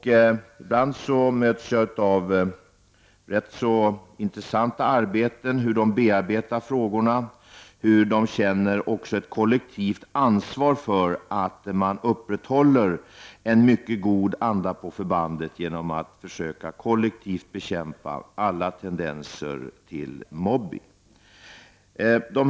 Ibland får jag ta del av rätt så intressanta arbeten som pågår för att klarlägga hur man bearbetar frågorna och hur man känner ett kollektivt ansvar för att upprätthålla en mycket god anda på förbandet genom att kollektivt försöka bekämpa alla tendenser till mobbning.